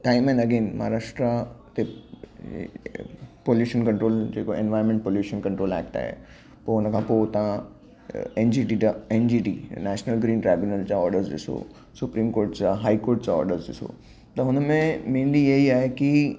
time and again Maharashtra ते pollution control जेको environment pollution control act आहे पोइ हुनखां पोइ हुतां एन जी टी टा N G T national green tribunals जा ऑर्डर्स ॾिसो सुप्रीम कोर्ट जा हाई कोर्ट्स जा ऑर्डर्स ॾिसो त हुनमें मैनली इहेई आहे की